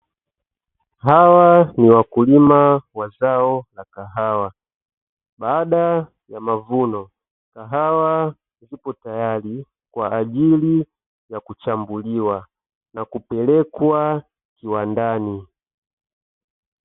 Hawa ni wakulima wa zao la kahawa, baada ya mavuno kahawa zipo tayari kwa ajili ya kuchambuliwa na kupelekwa viwandani.